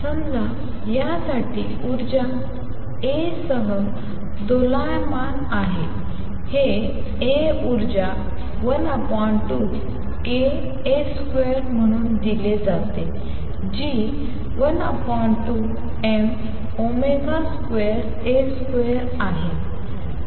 समजा यासाठी ऊर्जा A सह दोलायमान आहे हे A ऊर्जा 12kA2 म्हणून दिली जाते जी 12m2A2 आहे